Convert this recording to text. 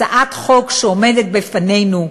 הצעת החוק שעומדת בפנינו,